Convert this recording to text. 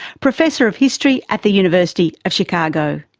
professor of history at the university of chicago.